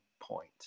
point